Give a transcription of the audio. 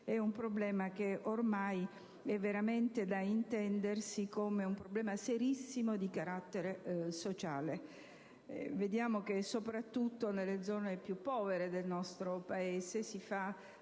intervenuti - è ormai veramente da intendersi come un serissimo problema di carattere sociale. Vediamo che, soprattutto nelle zone più povere del nostro Paese, si fa